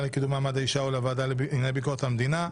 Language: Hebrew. לקידום מעמד האישה או לוועדה לענייני ביקורת המדינה.